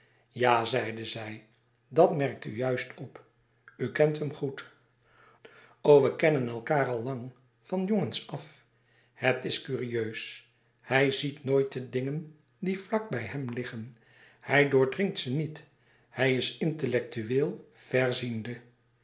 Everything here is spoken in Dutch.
ja zeide zij dat merkt u juist op u kent hem goed o we kennen elkaâr al lang van jongens af het is curieus hij ziet nooit de dingen die vlak bij hem liggen hij doordringt ze niet hij is intellectueel verziende